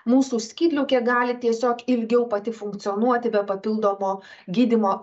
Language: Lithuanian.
mūsų skydliaukė gali tiesiog ilgiau pati funkcionuoti be papildomo gydymo